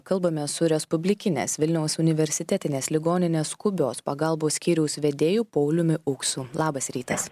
kalbame su respublikinės vilniaus universitetinės ligoninės skubios pagalbos skyriaus vedėju pauliumi ūksu labas rytas